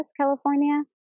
California